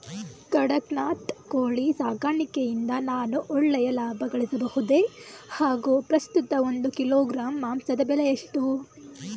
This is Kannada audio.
ಕಡಕ್ನಾತ್ ಕೋಳಿ ಸಾಕಾಣಿಕೆಯಿಂದ ನಾನು ಒಳ್ಳೆಯ ಲಾಭಗಳಿಸಬಹುದೇ ಹಾಗು ಪ್ರಸ್ತುತ ಒಂದು ಕಿಲೋಗ್ರಾಂ ಮಾಂಸದ ಬೆಲೆ ಎಷ್ಟು?